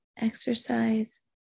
exercise